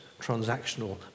transactional